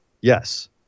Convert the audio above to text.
Yes